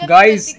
Guys